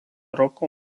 roko